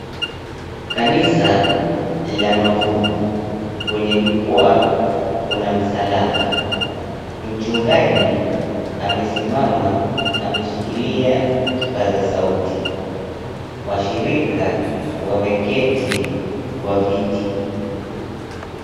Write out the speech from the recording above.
Kanisa la mavuno, kwenye jukwaa kuna msalaba. Mchungaji amesimama ameshikilia kipaza sauti. Washirika wameketi kwa viti.